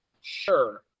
Sure